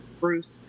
Bruce